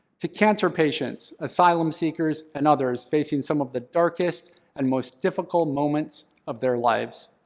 to cancer patients, asylum seekers, and others facing some of the darkest and most difficult moments of their lives.